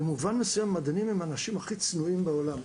במובן מסוים, מדענים הם האנשים הכי צנועים בעולם.